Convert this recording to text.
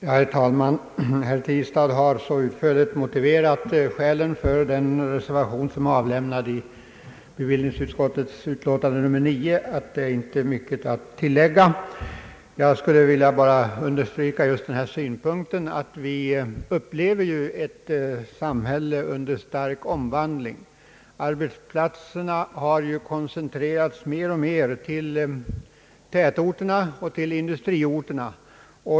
Herr talman! Herr Tistad har så utförligt motiverat skälen till den reservation som är avlämnad till bevillningsutskottets betänkande nr 9 att det inte finns mycket att tillägga. Jag skulle bara vilja understryka att vi upplever ett samhälle under stark förvandling. Arbetsplatserna har mer och mer koncentrerats till tätorterna och industriorterna.